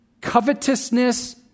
Covetousness